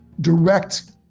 direct